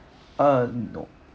uh no